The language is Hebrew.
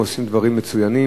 עושים דברים מצוינים.